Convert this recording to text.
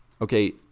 Okay